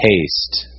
taste